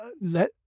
let